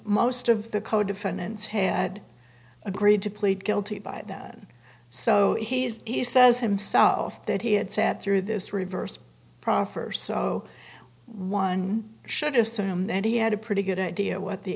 most of the co defendants had agreed to plead guilty by then so he says himself that he had sat through this reverse proffer so one should assume that he had a pretty good idea what the